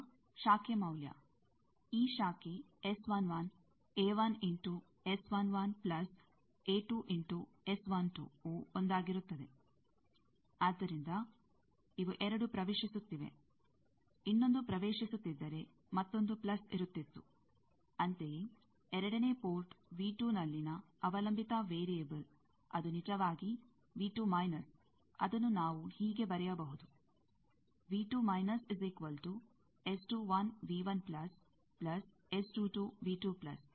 ಈಗ ಶಾಖೆ ಮೌಲ್ಯ ಈ ಶಾಖೆ ಇಂಟು ಪ್ಲಸ್ ಇಂಟುವು ಒಂದಾಗಿರುತ್ತದೆ ಆದ್ದರಿಂದ ಇವು ಎರಡು ಪ್ರವೇಶಿಸುತ್ತಿವೆ ಇನ್ನೊಂದು ಪ್ರವೇಶಿಸುತ್ತಿದ್ದರೆ ಮತ್ತೊಂದು ಪ್ಲಸ್ ಇರುತ್ತಿತ್ತು ಅಂತೆಯೇ ಎರಡನೇ ಪೋರ್ಟ್ ನಲ್ಲಿನ ಅವಲಂಬಿತ ವೇರಿಯೆಬಲ್ ಅದು ನಿಜವಾಗಿ ಅದನ್ನು ನಾವು ಹೀಗೆ ಬರೆಯಬಹುದು ಅದನ್ನು ಮಾಡಲಾಗಿದೆ